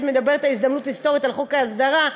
מדברת על הזדמנות היסטורית לגבי חוק ההסדרה,